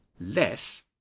less